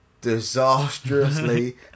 Disastrously